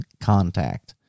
contact